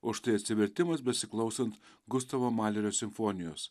o štai atsivertimas besiklausant gustavo malerio simfonijos